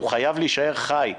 אבל הוא חייב להישאר חי,